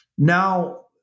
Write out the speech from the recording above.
Now